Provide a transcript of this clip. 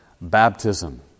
baptism